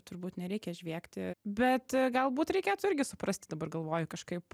turbūt nereikia žviegti bet galbūt reikėtų irgi suprasti dabar galvoju kažkaip